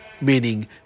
meaning